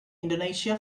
indonesia